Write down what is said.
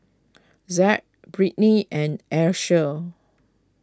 Zaid Britney and Alycia